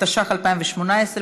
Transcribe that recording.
התשע"ח,2018,